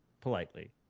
politely